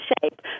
shape